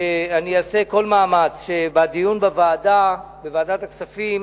שאני אעשה כל מאמץ שבדיון בוועדת הכספים